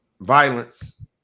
violence